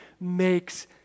makes